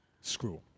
Screw